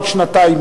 עוד שנתיים,